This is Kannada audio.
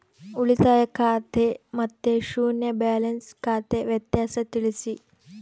ಉಳಿತಾಯ ಖಾತೆ ಮತ್ತೆ ಶೂನ್ಯ ಬ್ಯಾಲೆನ್ಸ್ ಖಾತೆ ವ್ಯತ್ಯಾಸ ತಿಳಿಸಿ?